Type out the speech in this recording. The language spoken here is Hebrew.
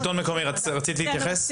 נציגת השלטון המקומי, רצית להתייחס?